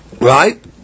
Right